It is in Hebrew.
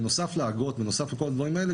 בנוסף לאגרות ובנוסף לכל הדברים האלה,